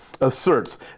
asserts